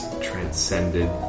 transcended